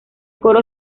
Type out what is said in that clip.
coro